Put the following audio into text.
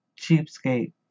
cheapskate